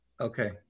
okay